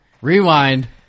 Rewind